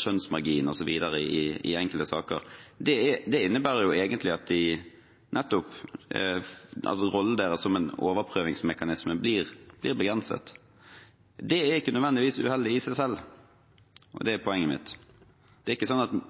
skjønnsmargin osv. i enkelte saker. Det innebærer egentlig at rollen deres som en overprøvingsmekanisme blir begrenset. Det er ikke nødvendigvis uheldig i seg selv – og det er poenget mitt. Det er ikke sånn at